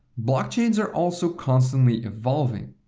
blockchains are also constantly evolving.